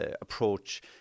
approach